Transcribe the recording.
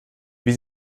wie